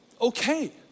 okay